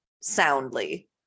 soundly